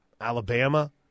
Alabama